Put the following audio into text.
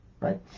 right